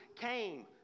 came